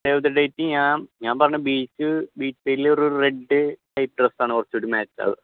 save the date ഞാൻ ഞാൻ പറയുന്നത് ബീച്ച് ബീച്ച് സൈഡിൽ ഒരു റെഡ് ടൈപ്പ് ഡ്രസ് ആണ് കുറച്ചുകൂടെ മാച്ച് ആവുക